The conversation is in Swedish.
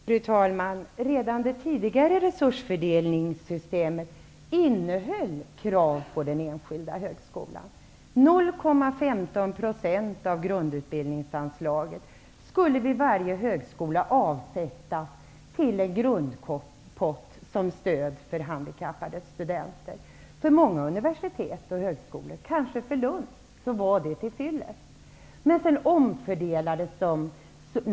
Fru talman! Redan det tidigare resursfördelningssystemet innehöll krav på den enskilda högskolan. 0,15 % av anslaget till grundutbildningen skall av varje högskola avsättas till en grundpott som stöd för handikappade studenter. För många universitet och högskolor, kanske för Lund, var det till fyllest.